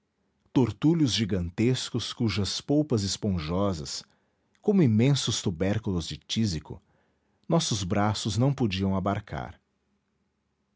e moles tortulhos gigantescos cujas polpas esponjosas como imensos tubérculos de tísico nossos braços não podiam abarcar